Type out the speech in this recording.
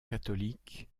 catholique